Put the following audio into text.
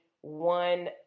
one